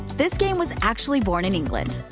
this game was actually born in england.